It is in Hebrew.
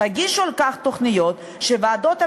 תגישו על כך תוכניות שהוועדות המקומיות,